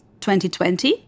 2020